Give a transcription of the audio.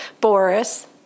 Boris